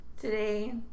today